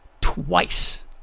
twice